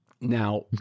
Now